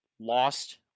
lost